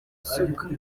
isuka